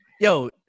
Yo